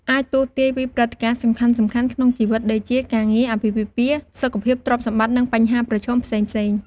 អាចទស្សន៍ទាយពីព្រឹត្តិការណ៍សំខាន់ៗក្នុងជីវិត ដូចជា ការងារ អាពាហ៍ពិពាហ៍ សុខភាព ទ្រព្យសម្បត្តិ និងបញ្ហាប្រឈមផ្សេងៗ។